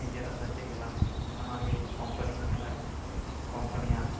ᱱᱤᱡᱮᱨᱟᱜ ᱫᱚ ᱪᱮᱫ ᱜᱮ ᱵᱟᱝ ᱥᱟᱱᱟᱢ ᱜᱮ ᱠᱳᱢᱯᱟᱱᱤᱭ ᱧᱮᱞᱟ ᱠᱳᱢᱯᱟᱱᱤᱭᱟᱜ